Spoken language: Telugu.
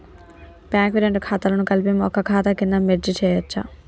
బ్యాంక్ వి రెండు ఖాతాలను కలిపి ఒక ఖాతా కింద మెర్జ్ చేయచ్చా?